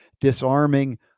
disarming